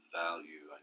value